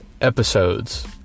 episodes